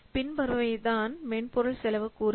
பின்வருபவைதான் மென்பொருள் செலவு கூறுகள்